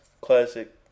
classic